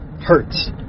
hurts